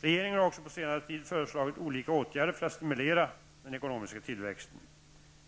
Regeringen har också på senare tid föreslagit olika åtgärder för att stimulera den ekonomiska tillväxten.